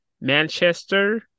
Manchester